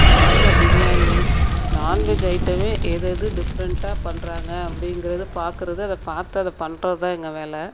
அதனால் பிரியாணி நாண்வெஜ் ஐட்டமே எது எது டிஃப்ரண்ட்டாக பண்ணுறாங்க அப்படிங்கிறத பார்க்குறது அதை பார்த்து அதை பண்ணுறதுதான் எங்கள் வேலை